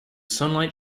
sunlight